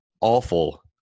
awful